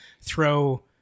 throw